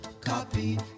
Copy